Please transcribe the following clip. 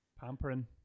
pampering